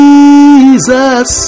Jesus